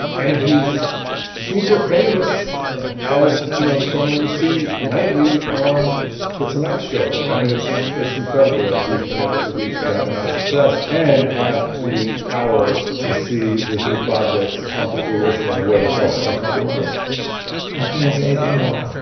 and he's super famous. yeah. as, you know, someone you see nightly on the tonight show. yeah i mean, it's it's incredible that he's been able to reach that amount of success and have the power to see his new projects come to fruition in a way that's also uncompromised i can't say anything more.